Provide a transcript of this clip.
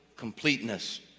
completeness